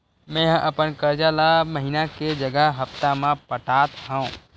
मेंहा अपन कर्जा ला महीना के जगह हप्ता मा पटात हव